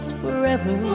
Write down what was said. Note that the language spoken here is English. forever